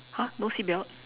!huh! no seatbelt